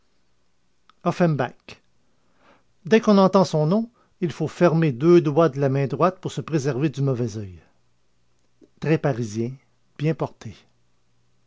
offenbach dès qu'on entend son nom il faut fermer deux doigts de la main droite pour se préserver du mauvais oeil très parisien bien porté